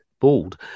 bald